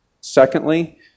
Secondly